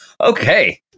Okay